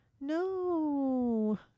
No